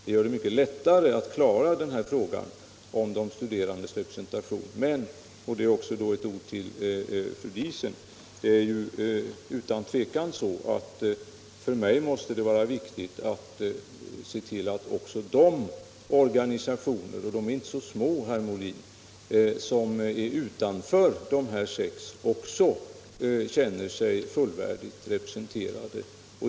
Det gör det mycket lättare att klara frågan om de studerandes representation. Men, och detta är också ett ord till fru Diesen, det måste för mig utan tvivel vara viktigt att se till att också de organisationer — och de är inte så små, herr Molin —- som står utanför de här sex också känner sig fullvärdigt representerade.